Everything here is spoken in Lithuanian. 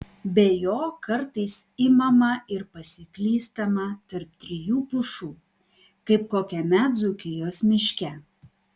be jo kartais imama ir pasiklystama tarp trijų pušų kaip kokiame dzūkijos miške